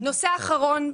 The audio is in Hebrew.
בנושא של ההדרה